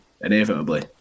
inevitably